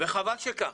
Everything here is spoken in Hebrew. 'וחבל שכך.